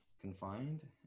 confined